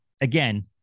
again